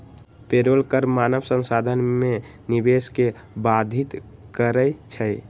payroll कर मानव संसाधन में निवेश के बाधित करइ छै